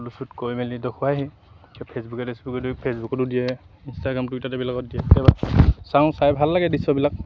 photoshoot কৰি মেলি দেখুৱাইহি ফেচবুকে টেচবুকে ফেচবুকতো দিয়ে ইনষ্টাগ্ৰাম টুইটাৰটত এইবিলাকত দিয়ে চাওঁ চাই ভাল লাগে দৃশ্যবিলাক